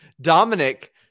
Dominic